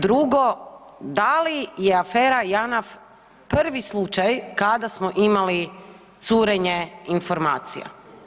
Drugo, da li je afera Janaf prvi slučaj kada smo imali curenje informacija?